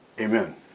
Amen